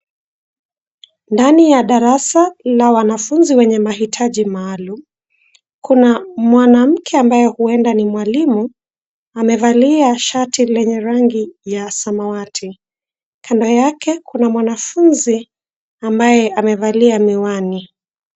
Ndani ya darasa la wanafuzi wenye mahitaji maalum. Kuna mwanamke ambaye uenda ni mwalimu, amevalia shati lenye rangi ya samawati. Kando yake kuna mwanafunzi ambaye amevalia miwani.